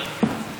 גברתי.